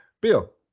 Bill